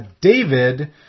David